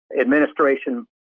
administration